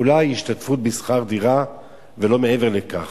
אולי השתתפות בשכר דירה ולא מעבר לכך.